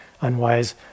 unwise